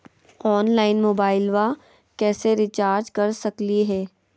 Online मोबाइलबा कैसे recharge कर सकलिए है?